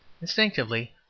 Instinctively